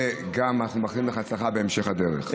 ואנחנו מאחלים לך הצלחה בהמשך הדרך.